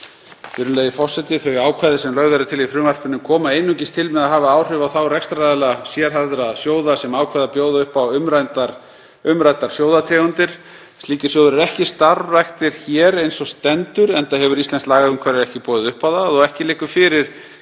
Virðulegi forseti. Þau ákvæði sem lögð eru til í frumvarpinu koma einungis til með að hafa áhrif á þá rekstraraðila sérhæfðra sjóða sem ákveða að bjóða upp á umræddar sjóðategundir. Slíkir sjóðir eru ekki starfræktir hér eins og stendur, enda hefur íslenskt lagaumhverfi ekki boðið upp á það og ekki liggur fyrir